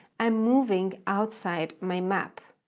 i'm moving outside my map.